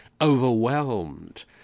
overwhelmed